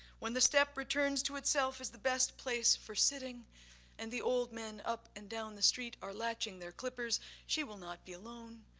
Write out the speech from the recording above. when the step returns to itself as the best place for sitting and the old men up and down the street are latching their clippers, she will not be alone.